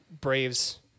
Braves